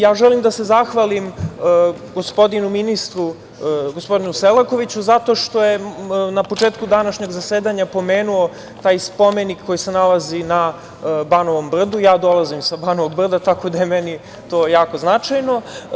Ja želim da se zahvalim gospodinu ministru, gospodinu Selakoviću zato što je na početku današnjeg zasedanja pomenuo taj spomenik koji se nalazi na Banovom brdu, a ja dolazim sa Banovog brda, tako da je meni to jako značajno.